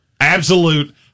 Absolute